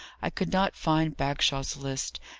i could not find bagshaw's list,